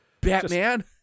Batman